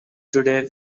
today